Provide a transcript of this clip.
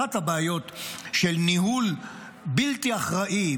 אחת הבעיות של ניהול בלתי אחראי,